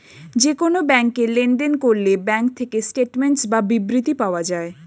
যে কোন ব্যাংকে লেনদেন করলে ব্যাঙ্ক থেকে স্টেটমেন্টস বা বিবৃতি পাওয়া যায়